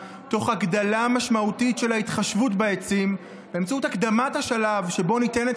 תוך הגדלה משמעותית של ההתחשבות בעצים באמצעות הקדמת השלב שבו ניתנת